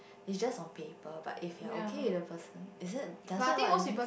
is just on paper but if you're okay with the person is it does it what it mean